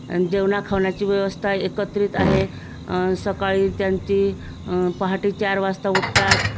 आणि जेवणा खावण्याची व्यवस्था एकत्रित आहे सकाळी त्यांची पहाटे चार वाजता उठतात